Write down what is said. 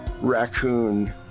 raccoon